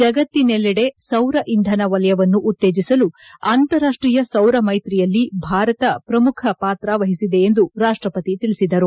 ಜಗತ್ತಿನಲ್ಲೆಡೆ ಸೌರ ಇಂಧನ ವಲಯವನ್ನು ಉತ್ತೇಜಿಸಲು ಅಂತಾರಾಷ್ಟೀಯ ಸೌರಮೈತ್ರಿಯಲ್ಲಿ ಭಾರತ ಪ್ರಮುಖ ಪಾತ್ರ ವಹಿಸಿದೆ ಎಂದು ರಾಷ್ಟಪತಿ ತಿಳಿಸಿದರು